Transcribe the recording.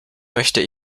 möchte